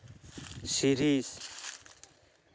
ᱥᱤᱨᱤᱥ